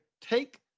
take